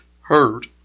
Heard